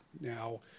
Now